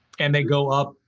and they go up,